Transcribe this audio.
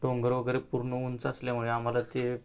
डोंगर वगैरे पूर्ण उंच असल्यामुळे आम्हाला ते